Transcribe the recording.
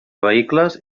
vehicles